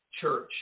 church